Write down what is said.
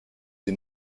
sie